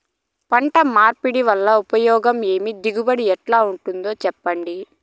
పంట మార్పిడి వల్ల ఉపయోగం ఏమి దిగుబడి ఎట్లా ఉంటుందో చెప్పండి?